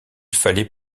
fallait